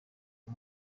uyu